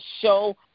show